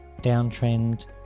downtrend